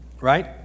right